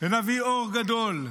ונביא אור גדול,